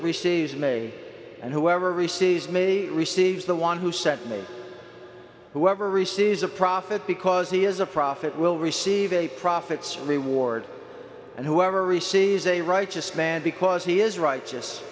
receives may and whoever receives me receives the one who sent me whoever receives a profit because he is a profit will receive a profits reward and whoever receives a righteous man because he is wri